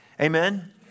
Amen